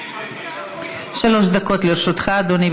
שלוש דקות לרשותך, אדוני.